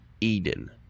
Eden